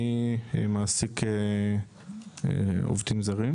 אני מעסיק עובדים זרים,